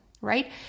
right